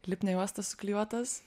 lipnia juosta suklijuotas